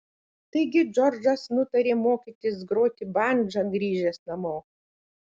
taigi džordžas nutarė mokytis groti bandža grįžęs namo